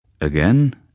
Again